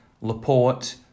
Laporte